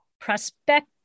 Prospect